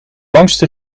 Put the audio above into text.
langste